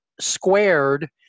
squared